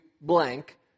blank